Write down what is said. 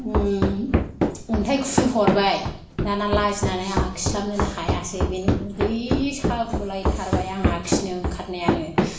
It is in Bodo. अन्थाइ खुबैहरबाय दाना लाजिनानै आंहा खिस्लाबनोनो हायासै बिनो उदै सागु लायथारबाय आंहा खिनो ओंखारनायानो